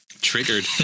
triggered